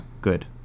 Good